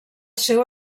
seu